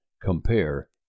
Compare